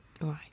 Right